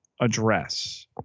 address